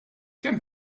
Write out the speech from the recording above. kemm